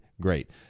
great